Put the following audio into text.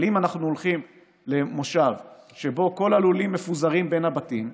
אבל אם אנחנו הולכים למושב שבו כל הלולים מפוזרים בין הבתים,